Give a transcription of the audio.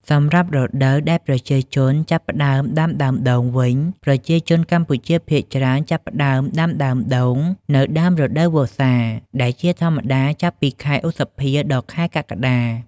សម្រាប់រដូវដែលប្រជាជនចាប់ផ្ដើមដាំដើមដូងវិញ ប្រជាជនកម្ពុជាភាគច្រើនចាប់ផ្ដើមដាំដើមដូងនៅដើមរដូវវស្សា ដែលជាធម្មតាចាប់ពីខែ ឧសភា ដល់ ខែកក្កដា។